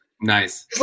Nice